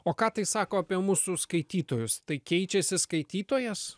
o ką tai sako apie mūsų skaitytojus tai keičiasi skaitytojas